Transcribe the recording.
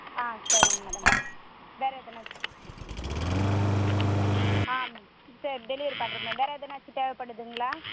ஆ சரிங்க மேடம் வேறு எதனாச்சும் ஆ சரி டெலிவரி பண்ணுறேன் மேம் வேறு எதனாச்சும் தேவைப்படுதுங்களா